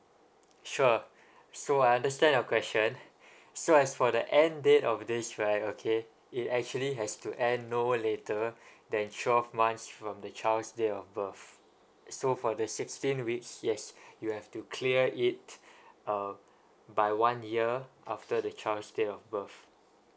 sure so I understand your question so as for the end date of this right okay it actually has to end no later than twelve months from the child's date of birth uh so for the sixteen weeks yes you have to clear it uh by one year after the child's date of birth